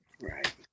Right